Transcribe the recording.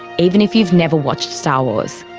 even if you've never watched star wars.